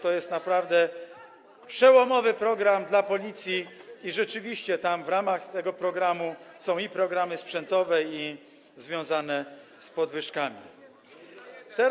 To jest naprawdę przełomowy dla Policji program i rzeczywiście tam, w ramach tego programu, są i programy sprzętowe i związane z podwyżkami.